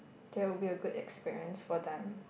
that would be a good experience for them